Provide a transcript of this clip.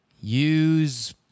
use